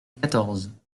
quatorze